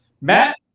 Matt